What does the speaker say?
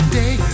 day